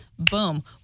Boom